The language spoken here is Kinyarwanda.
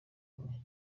umwe